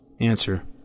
Answer